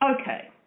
okay